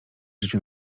życiu